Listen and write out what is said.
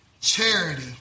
charity